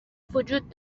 وجود